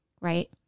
Right